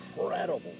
incredible